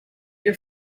your